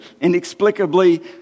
Inexplicably